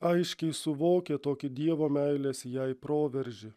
aiškiai suvokia tokį dievo meilės jai proveržį